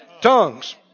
Tongues